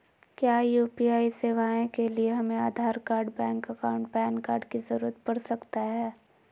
क्या यू.पी.आई सेवाएं के लिए हमें Aadhaar card bank account PAN card की जरूरत पड़ सकता है?